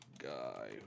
guy